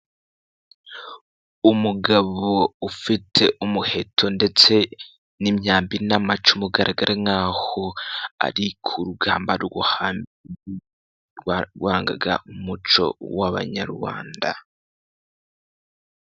Umugabo ufite umuheto ndetse n'imyambi n'amacumu ugaragara nk'aho ari ku rugamba rwarangaga umuco w'abanyarwanda.